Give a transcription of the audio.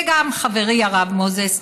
וגם חברי הרב מוזס,